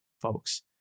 folks